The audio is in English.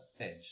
edge